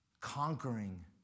conquering